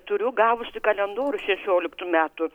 turiu gavusi kalendorių šešioliktų metų